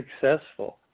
successful